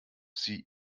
sie